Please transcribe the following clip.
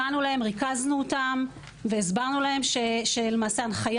ריכזנו אותם והסברנו להם שלמעשה ההנחיה